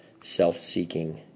Self-seeking